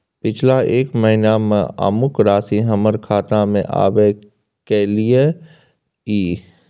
पिछला एक महीना म अमुक राशि हमर खाता में आबय कैलियै इ?